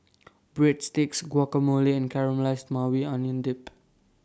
Breadsticks Guacamole and Caramelized Maui Onion Dip